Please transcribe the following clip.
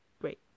great